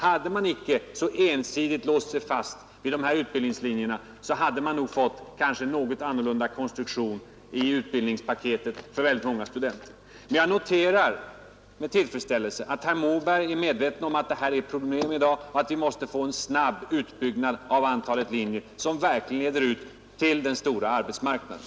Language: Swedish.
Hade man icke så ensidigt låst sig fast vid utbildningslinjerna, hade man säkert fått en annorlunda konstruktion av utbildningspaketet för många studenter. Men jag noterar med tillfredsställelse att herr Moberg är medveten om dessa problem i dag och inser att vi måste få en snabb utbyggnad av antalet linjer, som verkligen leder ut till den stora arbetsmarknaden.